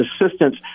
assistance